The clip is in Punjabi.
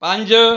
ਪੰਜ